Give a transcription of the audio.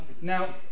Now